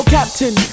Captain